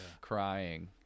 crying